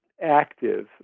active